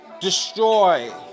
destroy